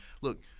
look